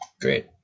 great